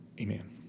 amen